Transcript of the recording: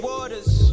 Waters